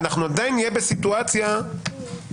אנחנו עדיין נהיה בסיטואציה בקשר